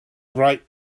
bright